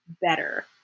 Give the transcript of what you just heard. better